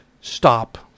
stop